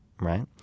right